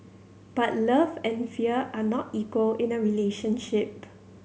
but love and fear are not equal in a relationship